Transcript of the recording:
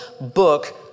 book